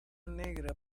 negra